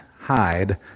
hide